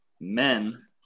men